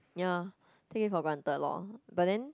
ya take it for granted lor but then